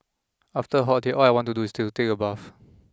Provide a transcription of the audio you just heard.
after a hot day all I want to do is to take a bath